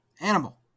Animal